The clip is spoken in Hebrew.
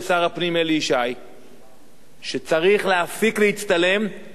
שצריך להפסיק להצטלם וצריך להתחיל לעשות.